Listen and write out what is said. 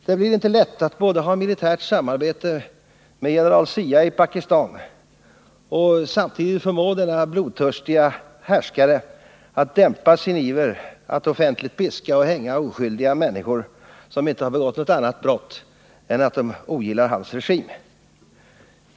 Det blir inte lätt att både ha militärt samarbete med general Zia i Pakistan och samtidigt förmå denne blodtörstige härskare att dämpa sin iver att offentligt piska och hänga oskyldiga människor, som inte har begått något annat brott än att de ogillar hans regim.